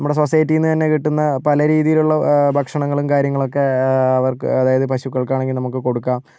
നമ്മുടെ സൊസൈറ്റീന്നു തന്നേ കിട്ടുന്ന പല രീതിയിലുള്ള ഭക്ഷണങ്ങളും കാര്യങ്ങളൊക്കേ അവർക്കു അതായതു പശുക്കൾക്കാണെങ്കിൽ നമുക്ക് കൊടുക്കാം